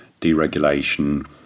deregulation